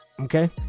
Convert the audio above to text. Okay